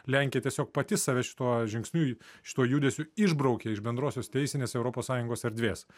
lenkija tiesiog pati save šituo žingsniu šituo judesiu išbraukė iš bendrosios teisinės europos sąjungos erdvės